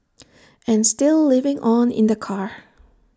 and still living on in the car